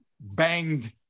banged